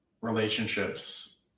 relationships